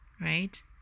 right